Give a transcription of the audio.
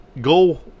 Go